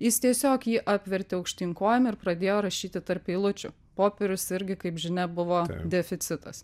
jis tiesiog jį apvertė aukštyn kojom ir pradėjo rašyti tarp eilučių popierius irgi kaip žinia buvo deficitas